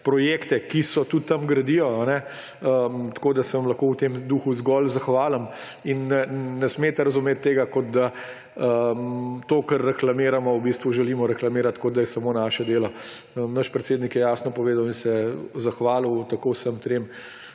projekte, ki so, tudi tam gradijo, da se vam lahko v tem duhu zgolj zahvalim. Ne smete razumeti, da tako, kot reklamiramo, želimo reklamirati, kot da je samo naše delo. Naš predsednik je jasno povedal in se zahvalil vsem trem